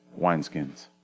wineskins